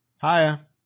Hiya